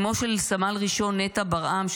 אמו של סמל ראשון נטע ברעם,